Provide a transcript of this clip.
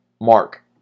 Mark